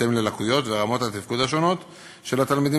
בהתאם ללקויות ולרמות התפקוד השונות של התלמידים,